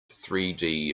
three